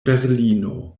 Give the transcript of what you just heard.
berlino